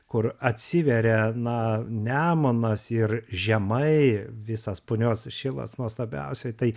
kur atsiveria na nemunas ir žemai visas punios šilas nuostabiausiai tai